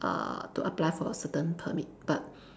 uh to apply for a certain permit but